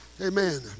Amen